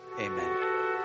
Amen